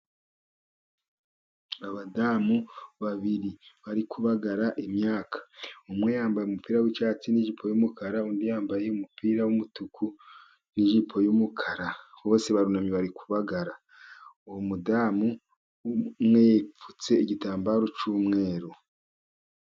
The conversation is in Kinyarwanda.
Abadamu babiri bari kubagara imyaka. Umwe yambaye umupira w'icyatsi n'ijipo y'umukara, undi yambaye umupira w'umutuku n'ijipo y'umukara. Bose barunamye bari kubagara. Uwo mudamu umwe yipfutse igitambaro cy'umweru.